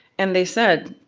and they said,